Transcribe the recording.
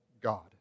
God